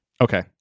Okay